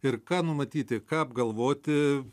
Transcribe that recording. ir ką numatyti ką apgalvoti